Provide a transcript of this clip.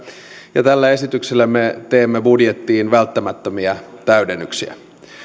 ja tällä esityksellä me teemme budjettiin välttämättömiä täydennyksiä